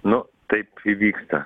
nu taip įvyksta